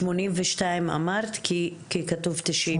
שמונים ושתיים אמרת, כי כתוב תשעים.